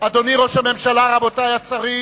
אדוני ראש הממשלה, רבותי השרים,